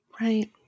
Right